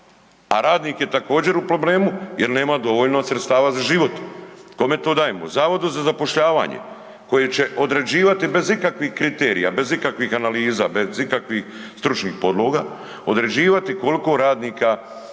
a radnik je također u problemu jer nema dovoljno sredstava za život. Kome to dajemo? Zavodu za zapošljavanje koji će određivati bez ikakvih kriterija, bez ikakvih analiza, bez ikakvih stručnih podloga, određivati koliko radnika